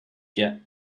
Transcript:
get